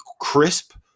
crisp